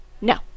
No